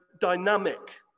dynamic